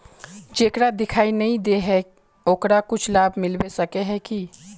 जेकरा दिखाय नय दे है ओकरा कुछ लाभ मिलबे सके है की?